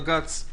בג"ץ,